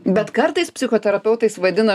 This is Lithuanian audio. bet kartais psichoterapeutais vadina